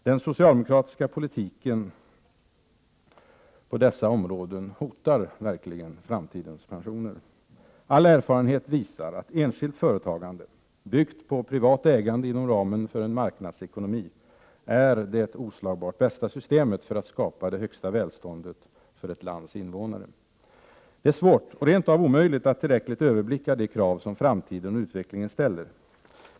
Den socialdemokratiska politiken på dessa områden hotar verkligen framtidens pensioner. All erfarenhet visar att enskilt företagande byggt på privat ägande inom ramen för en marknadsekonomi är det oslagbart bästa systemet för att skapa det högsta välståndet för ett lands invånare. Det är svårt och rent av omöjligt att tillräckligt överblicka de krav som framtiden och utvecklingen ställer.